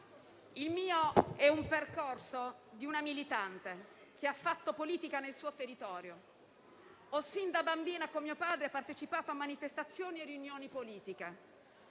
Il mio è il percorso di una militante che ha fatto politica nel suo territorio. Sin da bambina, con mio padre, ho partecipato a manifestazioni e riunioni politiche.